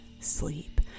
sleep